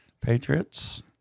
Patriots